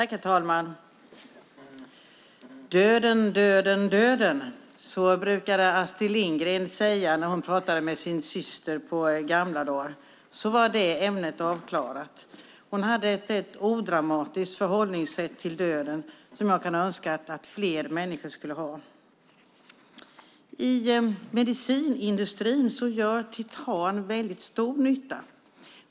Herr talman! Döden, döden, döden. Så brukade Astrid Lindgren säga när hon pratade med sin syster på gamla dagar. Så var det ämnet avklarat. Hon hade ett rätt odramatiskt förhållningssätt till döden, som jag kan önska att fler människor skulle ha. I medicinindustrin gör titan väldigt stor nytta.